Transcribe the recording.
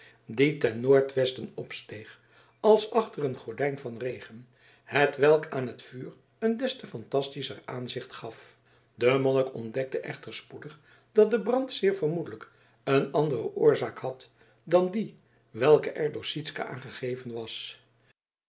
die ten noordwesten opsteeg als achter een gordijn van regen hetwelk aan het vuur een des te fantastischer aanzicht gaf de monnik ontdekte echter spoedig dat de brand zeer vermoedelijk een andere oorzaak had dan die welke er door sytsken aan gegeven was